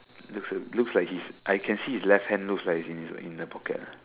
looks like looks like his I can see his left hand looks like in his in the pocket ah